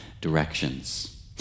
directions